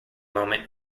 moment